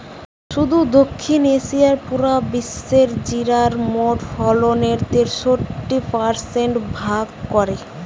শুধু দক্ষিণ এশিয়াই পুরা বিশ্বের জিরার মোট ফলনের তেষট্টি পারসেন্ট ভাগ করে